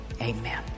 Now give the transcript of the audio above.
Amen